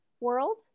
world